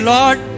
Lord